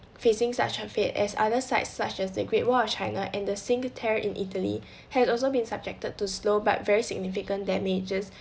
facing such a fate as other sites such as the great wall of china and the cinque terre in italy had also been subjected to slow but very significant damages